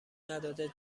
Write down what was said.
نداده